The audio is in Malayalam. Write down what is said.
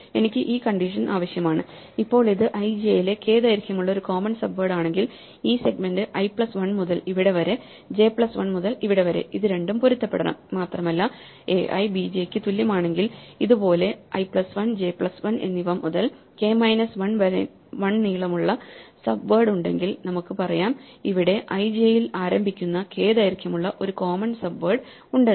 എനിക്ക് ഈ കണ്ടീഷൻ ആവശ്യമാണ് ഇപ്പോൾ ഇത് ij ലെ k ദൈർഘ്യമുള്ള ഒരു കോമൺ സബ്വേഡാണെങ്കിൽ ഈ സെഗ്മെന്റ് i പ്ലസ് 1 മുതൽ ഇവിടെ വരെ j പ്ലസ് 1 മുതൽ ഇവിടെ വരെ ഇത് രണ്ടും പൊരുത്തപ്പെടണം മാത്രമല്ല ai bj ന് തുല്യമാണെങ്കിൽ അതുപോലെ i പ്ലസ് 1 j പ്ലസ് 1 എന്നിവ മുതൽ k മൈനസ് 1 നീളമുള്ള സബ്വേഡ് ഉണ്ടെങ്കിൽ നമുക്ക് പറയാം ഇവിടെ ij ൽ ആരംഭിക്കുന്ന k ദൈർഘ്യമുള്ള ഒരു കോമൺ സബ്വേഡ് ഉണ്ടെന്ന്